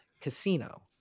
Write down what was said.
Casino